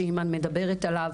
שאימאן מדברת עליו,